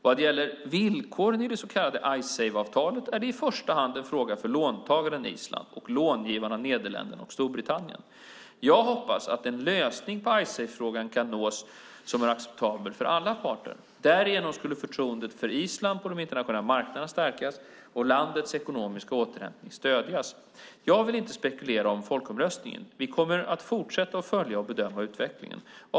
Vad gäller villkoren i det så kallade Icesave-avtalet är detta i första hand en fråga för låntagaren Island och långivarna Nederländerna och Storbritannien. Jag hoppas att en lösning på Icesavefrågan kan nås som är acceptabel för alla parter. Därigenom skulle förtroendet för Island på de internationella marknaderna stärkas och landets ekonomiska återhämtning stödjas. Jag vill inte spekulera om folkomröstningen. Vi kommer att fortsätta att följa och bedöma utvecklingen.